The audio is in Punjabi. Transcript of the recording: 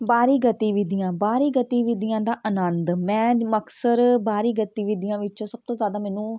ਬਾਹਰੀ ਗਤੀਵਿਧੀਆਂ ਬਾਹਰੀ ਗਤੀਵਿਧੀਆਂ ਦਾ ਆਨੰਦ ਮੈਂ ਮਕਸਰ ਬਾਹਰੀ ਗਤੀਵਿਧੀਆਂ ਵਿੱਚੋਂ ਸਭ ਤੋਂ ਜ਼ਿਆਦਾ ਮੈਨੂੰ